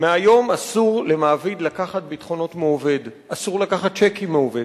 מהיום אסור למעביד לקחת ביטחונות מעובד: אסור לקחת צ'קים מעובד,